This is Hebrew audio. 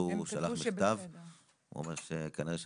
תוכנן, ולא בוצע,